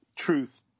truth